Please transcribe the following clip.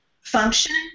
function